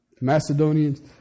Macedonians